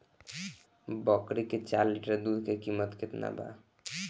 बकरी के चार लीटर दुध के किमत केतना बा?